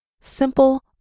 Simple